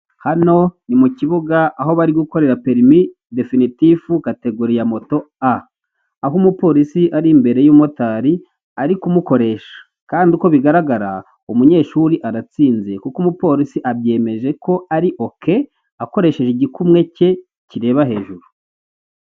Hano ni mu kibuga, aho bari gukorera perimi definitifu kategori ya moto A, aho umupolisi ari imbere y'umumotari ari kumukoresha kandi uko bigaragara umunyeshuri aratsinze kuko umupolisi abyemeje ko ari oke, akoresheje igikumwe cye kireba hejuru.